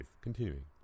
continuing